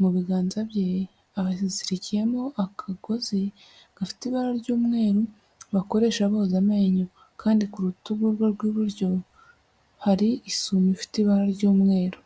mu biganza bye hazirikiyemo akagozi gafite ibara ry'umweru bakoresha boza amenyo kandi ku rutugu rwe rw'iburyo hari isume ifite ibara ry'umweru.